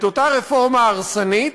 את אותה רפורמה הרסנית,